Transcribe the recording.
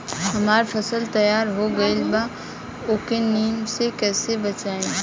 हमार फसल तैयार हो गएल बा अब ओके नमी से कइसे बचाई?